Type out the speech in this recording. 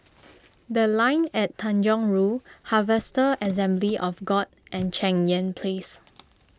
the Line and Tanjong Rhu Harvester Assembly of God and Cheng Yan Place